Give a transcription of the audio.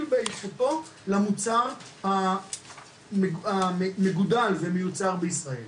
באיכותו למוצר המגודל והמיוצר בישראל.